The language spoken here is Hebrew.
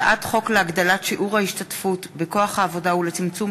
הצעת חוק להגדלת שיעור ההשתתפות בכוח העבודה ולצמצום